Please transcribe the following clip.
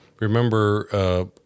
Remember